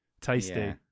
tasty